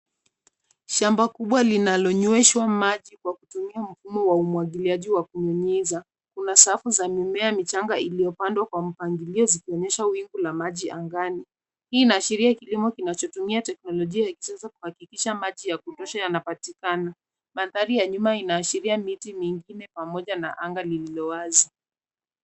Shamba kubwa linalonyweshwa maji kwa kutumia mfumo wa umwagiliaji wa kunyunyiza, kuna safa za mimea michanga iliyopandwa kwa mpangilio zikionyesha wingu za maji angani. Hii inashiriki kilimo cha kisasa kinachotumia maji ya kunywesha yanapatikana. Mandari ya nyuma yanaashiria miti mingine pamoja na anga lililo wazi.